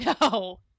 No